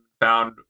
found